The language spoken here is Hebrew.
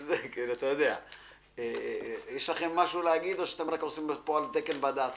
יש לכם משהו להגיד או שאתם רק נמצאים פה על תקן בד"צ,